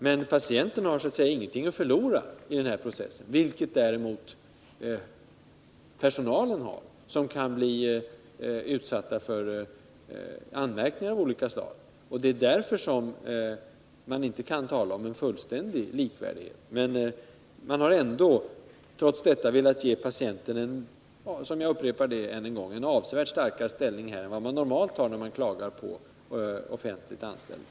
Men patienten har ingenting att förlora i en sådan här process, vilket däremot personalen har, som kan bli utsatt för anmärkningar av olika slag. Det är därför man inte kan tala om fullständig likvärdighet. Vi har trots detta velat ge patienten — jag upprepar det — avsevärt starkare ställning än man normalt har när man klagar på offentligt anställda.